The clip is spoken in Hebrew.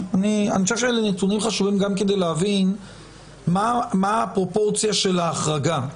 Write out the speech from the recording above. אני חושב שאלה נתונים חשובים גם כדי להבין מה הפרופורציה של ההחרגה.